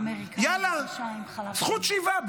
יאללה, זכות שיבה.